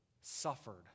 suffered